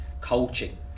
coaching